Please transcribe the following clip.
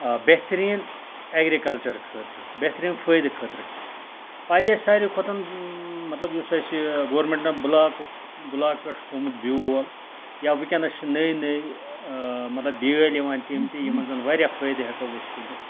آ بہتریٖن اٮ۪گرِکَلچر خٲطرٕ بہتریٖن فٲیدٕ خٲطرٕ پَزِ اَسہِ ساروی کھۄتن مطلب یُس اَسہِ گورمینٹ بٔلاکُک بٔلاک پٮ۪ٹھ چھُ تھوٚمُت بیول یا وٕنکیٚنس چھِ نٔے نٔے مطلب بیٲلۍ یِوان تِم تہِ یِمن زَن واریاہ فٲید ہٮ۪کو أسۍ تُلِتھ